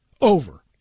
Over